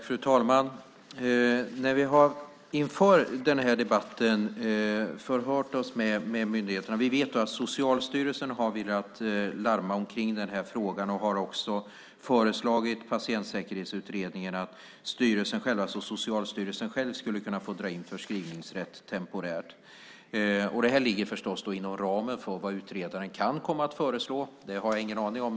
Fru talman! Vi har inför den här debatten förhört oss med myndigheterna. Vi vet att Socialstyrelsen har velat larma om den här frågan och har också föreslagit Patientsäkerhetsutredningen att Socialstyrelsen själv skulle kunna få dra in förskrivningsrätt temporärt. Det ligger förstås inom ramen för vad utredaren kan komma att föreslå. Det har jag ingen aning om.